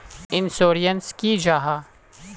Insurance की जाहा?